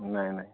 ନାଇଁ ନାଇଁ